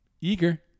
eager